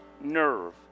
nerve